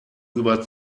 über